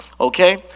okay